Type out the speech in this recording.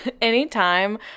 anytime